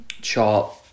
chart